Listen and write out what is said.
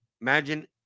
imagine